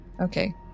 okay